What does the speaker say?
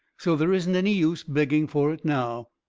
so there isn't any use begging for it now.